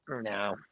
No